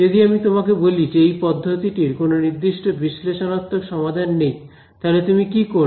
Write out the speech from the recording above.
যদি আমি তোমাকে বলি যে এই পদ্ধতিটির কোন নির্দিষ্ট বিশ্লেষণাত্মক সমাধান নেই তাহলে তুমি কি করবে